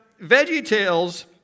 VeggieTales